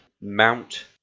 Mount